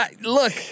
Look